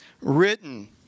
written